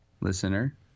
listener